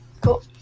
Cool